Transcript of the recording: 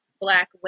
Black